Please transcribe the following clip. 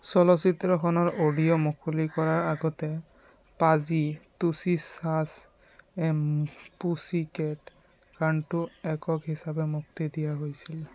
চলচ্চিত্ৰখনৰ অডিঅ' মুকলি কৰাৰ আগতে পাজী তুচি চাচ এম পুচি কেট গানটো একক হিচাপে মুক্তি দিয়া হৈছিল